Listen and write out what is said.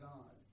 God